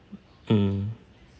mm